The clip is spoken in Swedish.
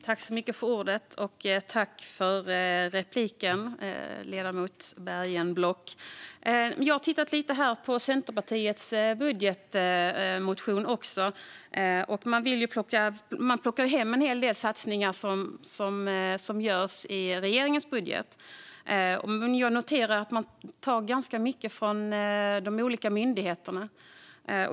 Herr talman! Jag tackar ledamoten Bergenblock för repliken. Jag har tittat lite på Centerpartiets budgetmotion. Man plockar hem en hel del satsningar som görs i regeringens budget. Jag noterar att man tar ganska mycket från de olika myndigheterna.